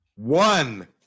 One